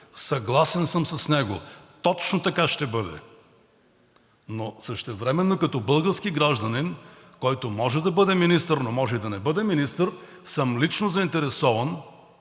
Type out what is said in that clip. съгласен съм с него. Точно така ще бъде! Но същевременно като български гражданин, който може да бъде министър, но може и да не бъде министър, съм лично заинтересован